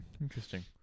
Interesting